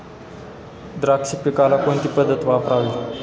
द्राक्ष पिकाला कोणती पद्धत वापरावी?